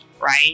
right